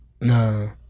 No